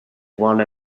one